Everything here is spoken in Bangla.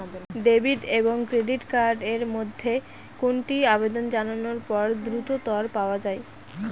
ডেবিট এবং ক্রেডিট কার্ড এর মধ্যে কোনটি আবেদন জানানোর পর দ্রুততর পাওয়া য়ায়?